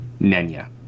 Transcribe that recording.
Nenya